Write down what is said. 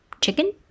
Chicken